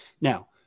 now